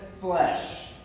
flesh